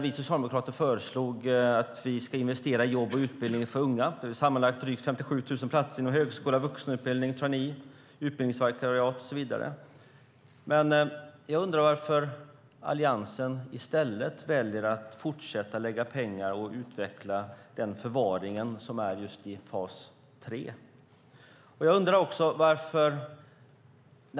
Vi socialdemokrater föreslog att vi ska investera i jobb och utbildning för unga med sammanlagt drygt 57 000 platser inom högskola, vuxenutbildning, traineeprogram, utbildningsvikariat och så vidare. Men jag undrar varför Alliansen i stället väljer att fortsätta att lägga pengar på och utveckla den förvaring som fas 3 innebär.